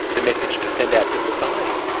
the message to send out to society.